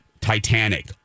Titanic